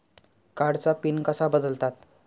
कार्डचा पिन कसा बदलतात?